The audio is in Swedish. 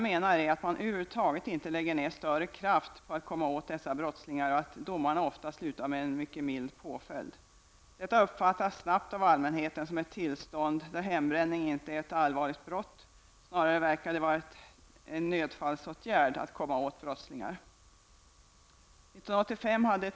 Man lägger över huvud taget inte ner någon större kraft på att komma åt dessa brottslingar och de döms ofta till en mycket mild påföljd. Detta uppfattas snabbt av allmänheten som ett tillstånd där hembränning inte är ett allvarligt brott, utan det verkar snarare vara en nödfallsåtgärd att komma åt brottslingar.